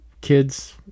kids